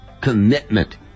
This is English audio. commitment